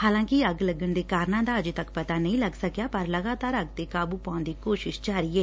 ਹਾਲਾਂਕਿ ਅੱਗ ਲੱਗਣ ਦੇ ਕਾਰਨਾਂ ਦਾ ਅਜੇ ਤੱਕ ਪਤਾ ਨਹੀ ਲੱਗ ਸਕਿਆ ਪਰ ਲਗਾਤਾਰ ਅੱਗ ਤੇ ਕਾਬੂ ਪਾਉਣ ਦੀ ਕੋਸ਼ਿਸ਼ ਜਾਰੀ ਨੇ